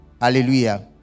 hallelujah